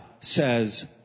says